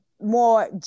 more